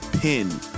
pin